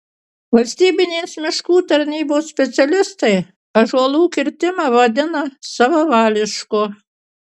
valstybinės miškų tarnybos specialistai ąžuolų kirtimą vadina savavališku